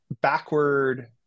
backward